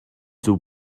зөв